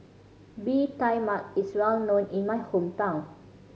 Bee Tai Mak is well known in my hometown